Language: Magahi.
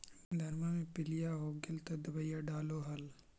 धनमा मे पीलिया हो गेल तो दबैया डालो हल?